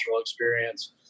experience